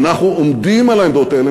אנחנו עומדים על העמדות האלה,